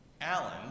Alan